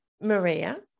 maria